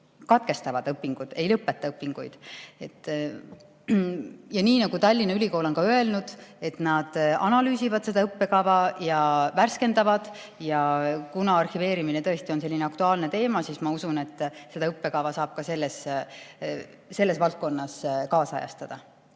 katkestavad õpingud, ei lõpeta õpinguid? Ja nii nagu Tallinna Ülikool on öelnud, nad analüüsivad seda õppekava ja värskendavad seda. Kuna arhiveerimine tõesti on selline aktuaalne teema, siis ma usun, et seda õppekava saab ka selles valdkonnas kaasajastada.